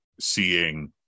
seeing